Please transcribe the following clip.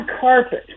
carpet